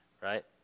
right